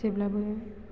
जेब्लाबो